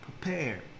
prepare